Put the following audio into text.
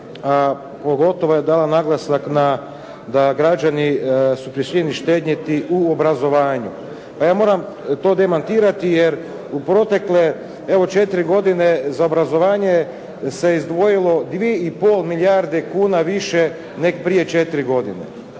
a pogotovo je dala naglasak na, da građani su prisiljeni štedjeti u obrazovanju. Naime, ja moram to demantirati jer u protekle evo 4 godine za obrazovanje se izdvojilo 2 i pol milijarde kuna više nego prije 4 godine.